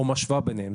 או משווה ביניהם,